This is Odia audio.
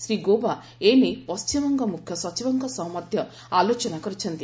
ଶ୍ରୀ ଗୌବା ଏ ନେଇ ପଶ୍ଚିମବଙ୍ଗ ମୁଖ୍ୟସଚିବଙ୍କ ସହ ମଧ୍ୟ ଆଲୋଚନା କରିଛନ୍ତି